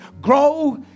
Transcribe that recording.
Grow